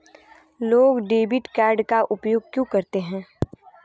लोग debit card का उपयोग क्यों करते हैं?